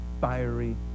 fiery